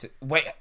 Wait